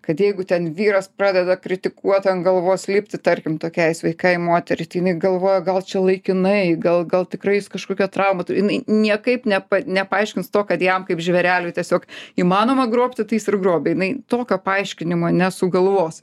kad jeigu ten vyras pradeda kritikuot ant galvos lipti tarkim tokiai sveikai moteriai tai jinai galvoja gal čia laikinai gal gal tikrai jis kažkokią traumą turi jinai niekaip ne nepaaiškins to kad jam kaip žvėreliui tiesiog įmanoma grobti tai jis ir grobia jinai tokio paaiškinimo nesugalvos